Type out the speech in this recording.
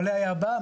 ועולה היה בא,